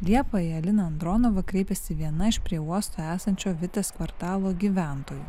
liepą į aliną andronovą kreipėsi viena iš prie uosto esančio vitės kvartalo gyventojų